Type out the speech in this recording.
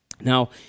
Now